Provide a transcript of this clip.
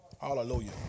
Hallelujah